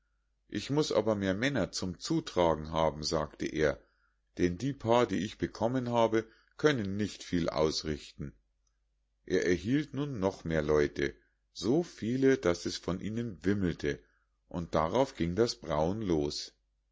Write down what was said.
ich muß aber mehr männer zum zutragen haben sagte er denn die paar die ich bekommen habe können nicht viel ausrichten er erhielt nun noch mehr leute so viele daß es von ihnen wimmelte und darauf ging das brauen los